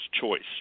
choice